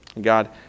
God